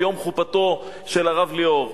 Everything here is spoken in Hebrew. ביום חתונתו של הרב ליאור.